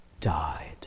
died